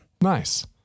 Nice